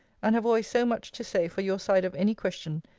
and have always so much to say for your side of any question,